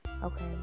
Okay